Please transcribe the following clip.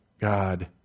God